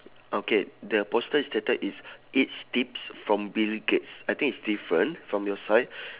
okay the poster stated it's rich tips from bill gates I think it's different from your side